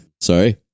Sorry